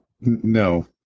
No